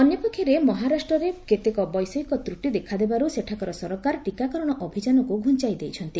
ଅନ୍ୟପକ୍ଷରେ ମହାରାଷ୍ଟ୍ରରେ କେତେକ ବୈଷୟିକ ତ୍ରଟି ଦେଖାଦେବାର୍ ସେଠାକାର ସରକାର ଟିକାକରଣ ଅଭିଯାନକୁ ଘ୍ରଞ୍ଚାଇ ଦେଇଛନ୍ତି